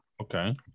okay